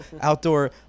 outdoor